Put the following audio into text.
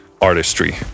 artistry